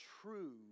true